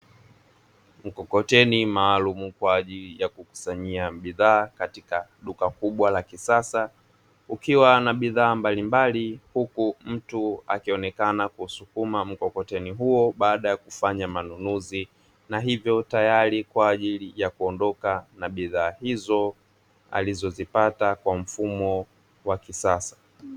Mkokoteni maalumu kwa ajili ya kukusanyia bidhaa katika duka kubwa la kisasa, kukiwa na bidhaa mbalimbali huku mtu akionekana kusukuma mkokoteni huo baada ya kufanya manunuzi na hivyo tayari kwa ajili ya kuondoka na bidhaa hizo alizozipata kwa mfumo wa kisasa.